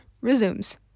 resumes